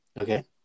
Okay